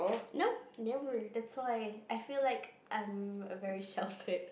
nope never that's why I feel like I'm a very sheltered